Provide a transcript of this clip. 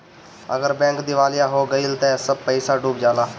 अगर बैंक दिवालिया हो गइल त सब पईसा डूब जाला